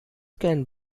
can